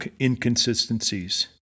inconsistencies